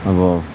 अब